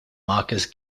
marcus